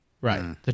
Right